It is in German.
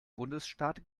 bundesstaat